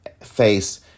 face